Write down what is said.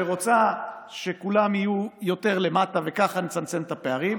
שרוצה שכולם יהיו יותר למטה וככה נצמצם את הפערים.